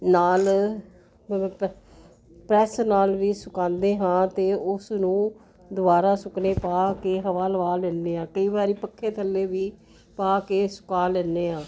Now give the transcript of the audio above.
ਨਾਲ ਪ੍ਰੈਸ ਨਾਲ ਵੀ ਸੁਕਾਉਂਦੇ ਹਾਂ ਅਤੇ ਉਸ ਨੂੰ ਦੁਬਾਰਾ ਸੁੱਕਣੇ ਪਾ ਕੇ ਹਵਾ ਲਵਾ ਲੈਂਦੇ ਹਾਂ ਕਈ ਵਾਰੀ ਪੱਖੇ ਥੱਲੇ ਵੀ ਪਾ ਕੇ ਸੁਕਾ ਲੈਂਦੇ ਹਾਂ